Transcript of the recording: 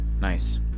Nice